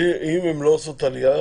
אם הן לא עושות עלייה